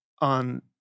on